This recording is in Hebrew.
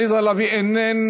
עליזה לביא,